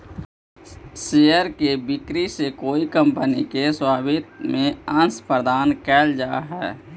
share के बिक्री से कोई कंपनी के स्वामित्व में अंश प्रदान कैल जा हइ